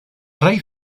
raíz